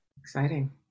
Exciting